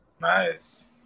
Nice